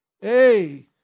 Hey